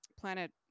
planet